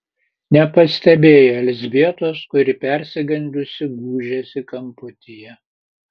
nepastebėjo elzbietos kuri persigandusi gūžėsi kamputyje